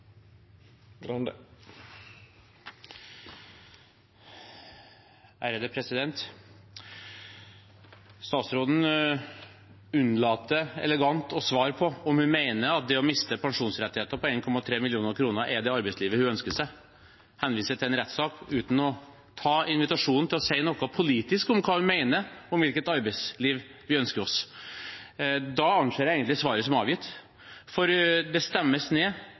Statsråden unnlater elegant å svare på om hun mener at å miste pensjonsrettigheter på 1,3 mill. kr er det arbeidslivet hun ønsker seg. Hun henviser til en rettssak uten å ta imot invitasjonen til å si noe politisk om hva hun mener om hvilket arbeidsliv vi ønsker oss. Da anser jeg egentlig svaret som avgitt. For de stemmes ned